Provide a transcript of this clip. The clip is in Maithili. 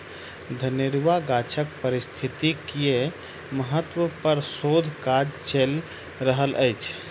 अनेरुआ गाछक पारिस्थितिकीय महत्व पर शोध काज चैल रहल अछि